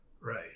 Right